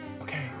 okay